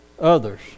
others